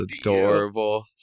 adorable